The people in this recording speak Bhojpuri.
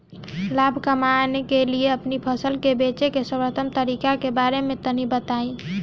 लाभ कमाने के लिए अपनी फसल के बेचे के सर्वोत्तम तरीके के बारे में तनी बताई?